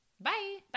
bye